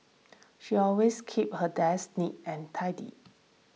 she always keeps her desk neat and tidy